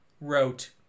wrote